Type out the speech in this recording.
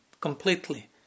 completely